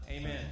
Amen